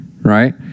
right